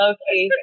Okay